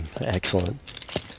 Excellent